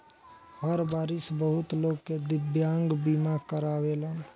हर बारिस बहुत लोग दिव्यांग बीमा करावेलन